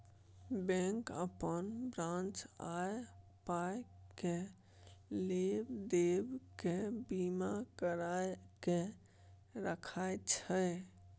bank अपन branch आ पाइ केर लेब देब केर बीमा कराए कय राखय छै